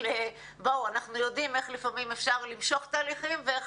אבל בואו אנחנו יודעים איך לפעמים אפשר למשוך תהליכים ואיך